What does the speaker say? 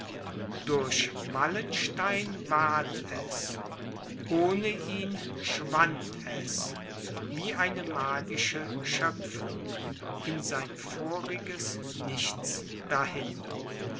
durch wallenstein ward es ohne ihn schwand es wie eine magische schöpfung in sein voriges nichts dahin